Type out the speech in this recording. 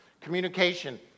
Communication